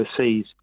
overseas